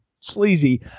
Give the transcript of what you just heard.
sleazy